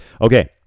Okay